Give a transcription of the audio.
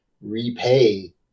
repay